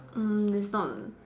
mm it's not